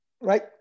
Right